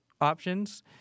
options